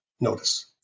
Notice